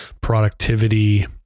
productivity